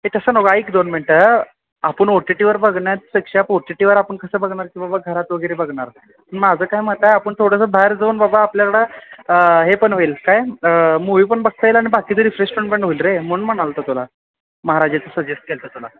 ते तसं नव्हं ऐक दोन मिनटं आपण ओ टी टीवर बघण्यापेक्षा ओ टी टीवर आपण कसं बघणार की बाबा घरात वगैरे बघणार माझं काय मत आहे आपण थोडंसं बाहेर जाऊन बाबा आपल्याकडं हे पण होईल काय मूवी पण बघता येईल आणि बाकीचं रिफ्रेशमेंट पण होईल रे म्हणून म्हणालो होतो तुला महाराजाचं सजेस्ट केल होतं तुला